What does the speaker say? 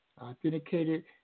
authenticated